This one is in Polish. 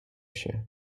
się